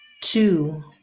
two